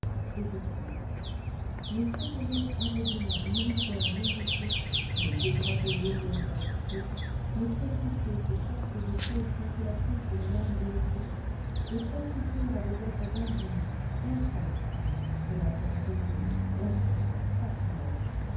c'est justice mais secourir aveuglément une misère méritée mais dégrader l'aumône et la pitié mais prostituer ces chastes et pieuses consolatrices de mon âme blessée les prostituer à des êtres indignes infâmes cela serait horrible impie sacrilège